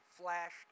flashed